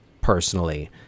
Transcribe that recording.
personally